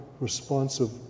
responsive